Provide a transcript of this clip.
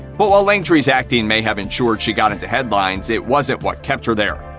but while langtry's acting may have ensured she got into headlines, it wasn't what kept her there.